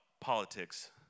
politics